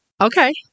Okay